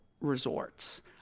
resorts